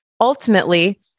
ultimately